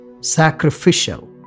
sacrificial